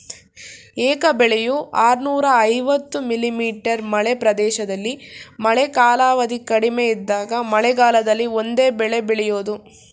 ಏಕ ಬೆಳೆಯು ಆರ್ನೂರ ಐವತ್ತು ಮಿ.ಮೀ ಮಳೆ ಪ್ರದೇಶದಲ್ಲಿ ಮಳೆ ಕಾಲಾವಧಿ ಕಡಿಮೆ ಇದ್ದಾಗ ಮಳೆಗಾಲದಲ್ಲಿ ಒಂದೇ ಬೆಳೆ ಬೆಳೆಯೋದು